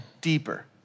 deeper